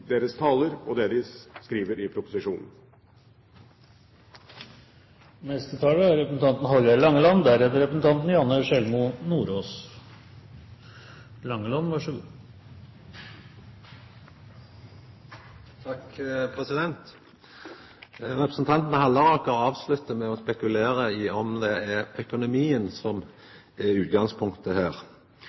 deres taler og i det de skriver i proposisjonen. Representanten Halleraker avsluttar med å spekulera i om det er økonomien som er utgangspunktet her.